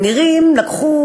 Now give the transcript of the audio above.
בנירים לקחו